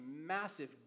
massive